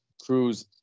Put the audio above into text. Cruz